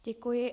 Děkuji.